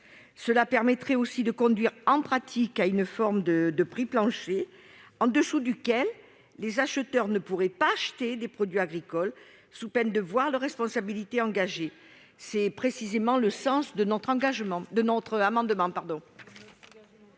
choix conduirait également, en pratique, à fixer une sorte de prix plancher, en dessous duquel les acheteurs ne pourraient pas acquérir de produits agricoles sous peine de voir leur responsabilité engagée. C'est précisément le sens de notre amendement.